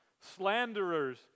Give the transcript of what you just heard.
slanderers